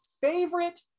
favorite